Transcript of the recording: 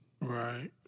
Right